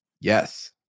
Yes